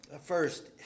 First